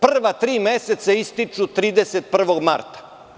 Prva tri meseca ističu 31. marta.